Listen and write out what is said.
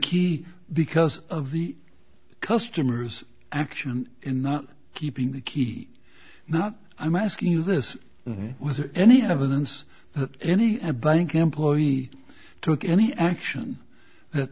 key because of the customer's action in not keeping the key not i'm asking you this was any evidence that any a bank employee took any action that